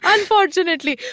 Unfortunately